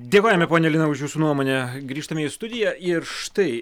dėkojame ponia lina už jūsų nuomonę grįžtame į studiją ir štai